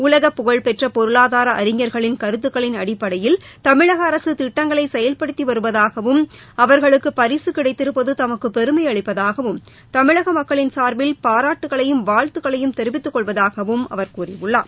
உலகப்புகழ்பெற்ற பொருளாதார அறிஞர்களின் கருத்துகளின் அடிப்படையில் தமிழக அரசு திட்டங்களை செயவ்படுத்தி வருவதாகவும் அவர்களுக்கு பரிசு கிடைத்திருப்பது தமக்கு பெருமை அளிப்பதாகவும் தமிழக மக்களின் சார்பில் பாராட்டுகளையும் வாழ்த்துகளையும் தெரிவித்துக் கொள்வதாகவும் அவர் கூறியுள்ளார்